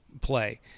play